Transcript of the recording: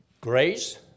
grace